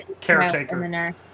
caretaker